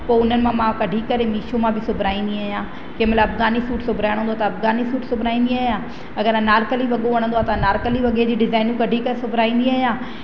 पोइ उन्हनि मां मां कढी करे मिशो मां बि सुबराईंदी आहियां कंहिं महिल अफ़ग़ानी सूट सुबराइणो हूंदो त अफ़ग़ानी सुबराईंदी आहियां अगरि अनारकली वॻो वणंदो आहे त अनारकली वॻे जी डिज़ाइन कढी करे सुबराईंदी आहियां